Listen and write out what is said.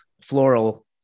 floral